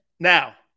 Now